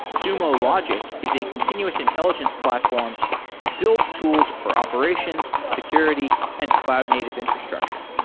sumo logic is a continuous intelligence platform that builds tools for operations, security and cloud native infrastructure.